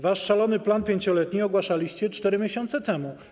Wasz szalony plan 5-letni ogłaszaliście 4 miesiące temu.